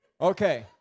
Okay